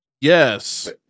Yes